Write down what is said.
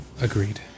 Agreed